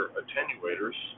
attenuators